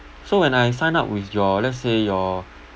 so when I sign up with your let's say your